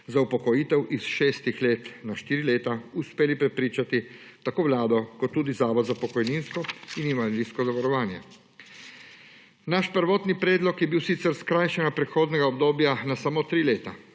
za upokojitev s šestih let na štiri leta, uspeli prepričati tako Vlado kot tudi Zavod za pokojninsko in invalidsko zavarovanje. Naš prvotni predlog je bil sicer skrajšanje prehodnega obdobja na samo tri leta,